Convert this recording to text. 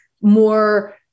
more